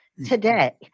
today